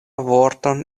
vorton